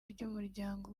ry’umuryango